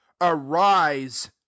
arise